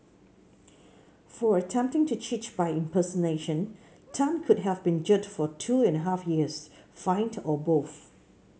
for attempting to cheat by impersonation Tan could have been jailed for two and a half years fined or both